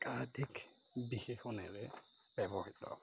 একাধিক বিশেষণেৰে ব্যৱহৃত